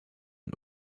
und